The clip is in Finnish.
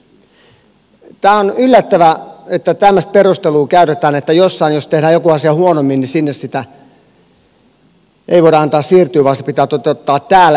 tämä on yllättävää että tämmöistä perustelua käytetään että jossain jos tehdään joku asia huonommin niin sinne sen ei voida antaa siirtyä vaan se pitää toteuttaa täällä